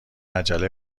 عجله